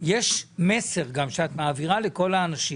יש מסר גם שאת מעבירה לכל האנשים,